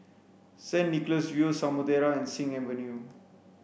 Saint Nicholas View Samudera and Sing Avenue